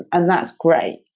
and that's great.